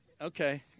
okay